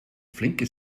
flinke